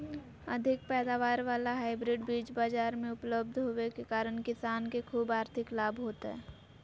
अधिक पैदावार वाला हाइब्रिड बीज बाजार मे उपलब्ध होबे के कारण किसान के ख़ूब आर्थिक लाभ होतय